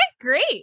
great